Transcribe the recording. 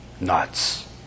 nuts